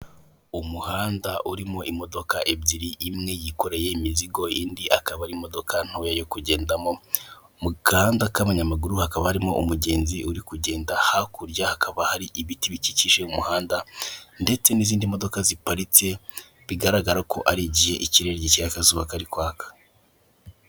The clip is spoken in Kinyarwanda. Umuhanda urimo imodoka ebyiri imwe yikoreye imizigo indi akaba ari imodoka ntoya yo kugendamo mugahanda k'abanyamaguru hakaba harimo umugenzi uri kugenda, hakurya hakaba hari ibiti bikikije umuhanda, ndetse n'izindi modoka ziparitse bigaragara ko ari igihe ikirere gikeye akazuba kari kwaka.